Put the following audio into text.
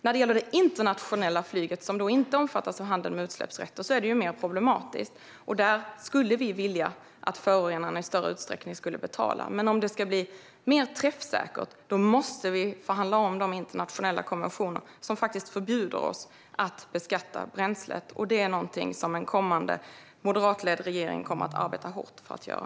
När det gäller det internationella flyget, som inte omfattas av handeln med utsläppsrätter, är det mer problematiskt. Där skulle vi vilja att förorenaren i större utsträckning betalar, men om det ska bli mer träffsäkert måste vi förhandla om de internationella konventioner som faktiskt förbjuder oss att beskatta bränslet. Detta är någonting som en kommande moderatledd regering kommer att arbeta hårt för att göra.